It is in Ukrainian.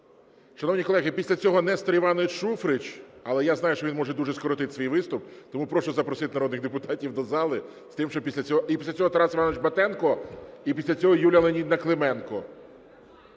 Шановні колеги, після цього Нестор Іванович Шуфрич, але я знаю, що він може дуже скоротити свій виступ, тому прошу запросити народних депутатів до зали з тим, щоб після цього… І після цього Тарас Іванович Батенко, і після цього Юлія Леонідівна Клименко.